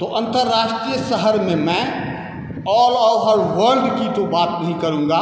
तो अन्तर्राष्ट्रीय शहरमे मैं आल ओवर वर्ल्ड की तो बात नहीं करूँगा